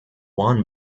one